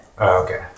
Okay